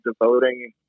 devoting